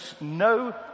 no